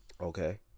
Okay